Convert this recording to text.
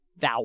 Thou